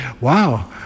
wow